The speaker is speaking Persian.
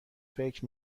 فکر